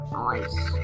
nice